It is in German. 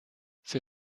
für